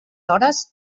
hores